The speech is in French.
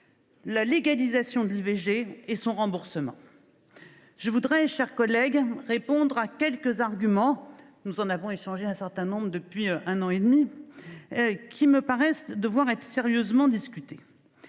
la légalisation de l’IVG et son remboursement. Je souhaite, mes chers collègues, répondre à quelques arguments – nous en avons échangé un certain nombre depuis un an et demi – qui me paraissent devoir être sérieusement discutés.